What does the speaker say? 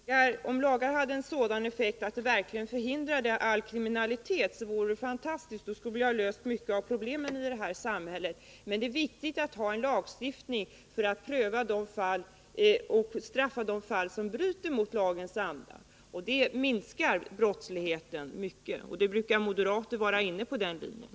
Herr talman! Om lagar hade en sådan effekt att de verkligen förhindrade all kriminalitet vore det fantastiskt. Då skulle vi ha löst många av problemen i vårt samhälle. Men nu är det inte så. Det är viktigt att ha en lagstiftning för att minska brottsligheten. Moderater brukar ju också vara inne på den linjen.